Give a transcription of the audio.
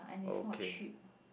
okay